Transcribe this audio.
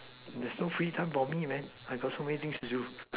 there's no free time for me man I got so many things to do